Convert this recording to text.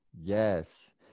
yes